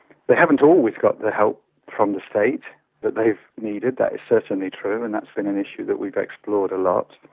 they haven't always got the help from the state that they've needed, that is certainly true, and that has been an issue that we've explored a lot.